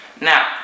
Now